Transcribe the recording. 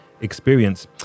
experience